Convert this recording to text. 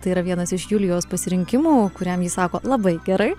tai yra vienas iš julijos pasirinkimų kuriam ji sako labai gerai